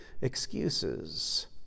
excuses